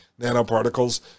nanoparticles